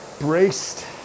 braced